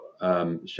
share